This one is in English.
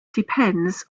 depends